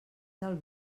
del